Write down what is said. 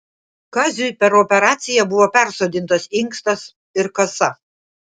kaziui per operaciją buvo persodintas inkstas ir kasa